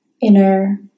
inner